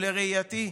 ולראייתי,